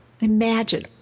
Imagine